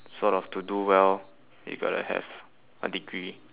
sort of to do well you gotta have a degree